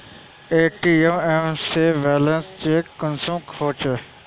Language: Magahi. ए.टी.एम से बैलेंस चेक कुंसम होचे?